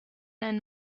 ein